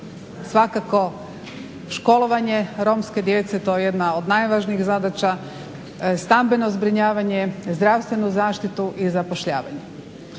svakako, školovanje romske djece to je jedna od najvažnijih zadaća, stambeno zbrinjavanje, zdravstvenu zaštitu i zapošljavanje.